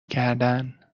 کردن